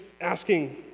asking